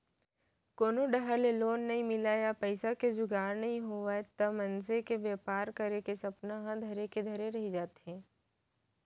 कोनो डाहर ले लोन नइ मिलय या पइसा के जुगाड़ नइ होवय त मनसे के बेपार करे के सपना ह धरे के धरे रही जाथे